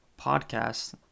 podcast